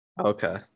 Okay